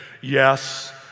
yes